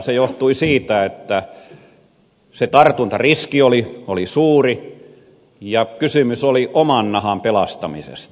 se johtui siitä että se tartuntariski oli suuri ja kysymys oli oman nahan pelastamisesta